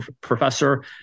professor